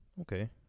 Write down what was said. Okay